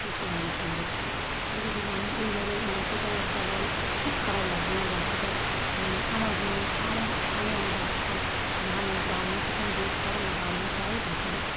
সুস্থভাবে চলবে কিছু কিছু মানুষ ওইভাবে মানে কথাবার্তা বলে খুব খারাপ লাগে আমার বাচ্চাটা আমার গুণেই আমার আমি আমার বাচ্চা যেন মা তো কোনো দোষ করে না বাপ মা চায় বাচ্চাদের সব